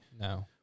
No